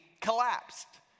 collapsed